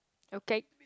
okay